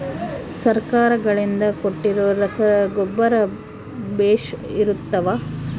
ಸರ್ಕಾರಗಳಿಂದ ಕೊಟ್ಟಿರೊ ರಸಗೊಬ್ಬರ ಬೇಷ್ ಇರುತ್ತವಾ?